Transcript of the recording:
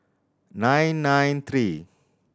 nine nine three